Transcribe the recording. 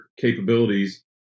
capabilities